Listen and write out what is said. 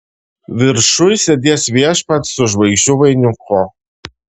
viršuj sėdės viešpats su žvaigždžių vainiku